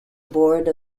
board